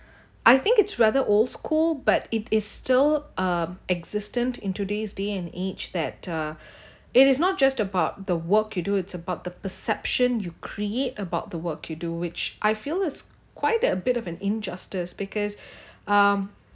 I think it's rather old school but it is still um existent in today's day and age that uh it is not just about the work you do it's about the perception you create about the work you do which I feel it's quite a bit of an injustice because um